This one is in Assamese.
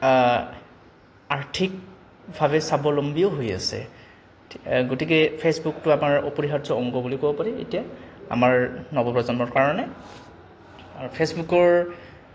আৰ্থিকভাৱে স্বাৱলম্বীও হৈ আছে গতিকে ফে'চবুকটো আমাৰ অপৰিহাৰ্য অংগ বুলি ক'ব পাৰি এতিয়া আমাৰ নৱপ্ৰজন্মৰ কাৰণে ফে'চবুকৰ